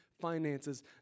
finances